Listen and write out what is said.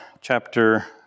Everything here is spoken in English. chapter